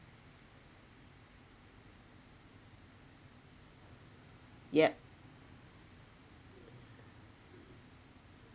yup